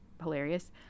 hilarious